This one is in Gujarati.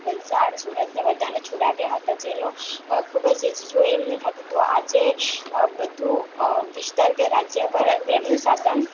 વલસાડ સુરતને બધાને છોડાવ્યા હતા જેનો ખુબ જ જો એમને થાતું તું આજે બધું વિસ્તાર કે રાજ્ય પર તેમનું શાસન